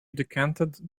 decanted